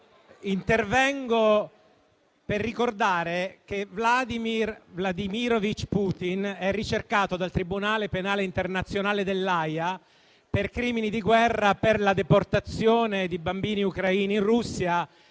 intervengo per ricordare che Vladimir Vladimirovič Putin è ricercato dal Tribunale penale internazionale dell'Aja per crimini di guerra, per la deportazione di bambini ucraini in Russia.